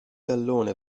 tallone